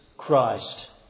Christ